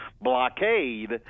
blockade